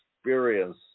experience